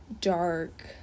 dark